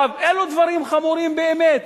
אלו דברים חמורים באמת,